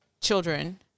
children